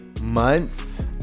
Months